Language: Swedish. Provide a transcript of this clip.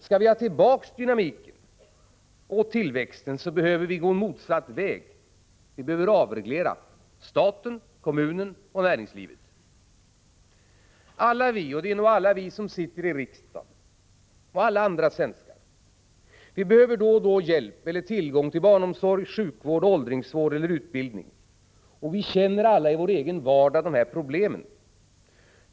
Skall vi ha tillbaka dynamiken och tillväxten behöver vi gå motsatt väg. Vi behöver avreglera — staten, kommunen och näringslivet. Alla vi som sitter i riksdagen och alla andra svenskar behöver då och då hjälp eller tillgång till barnomsorg, sjukvård, åldringsvård eller utbildning, och vi känner alla i vår egen vardag de här problemen.